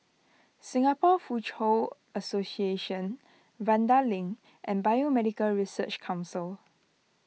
Singapore Foochow Association Vanda Link and Biomedical Research Council